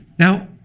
now,